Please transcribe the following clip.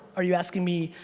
are you asking me,